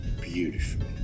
Beautiful